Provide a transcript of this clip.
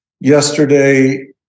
Yesterday